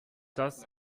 das